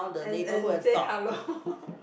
and and say hello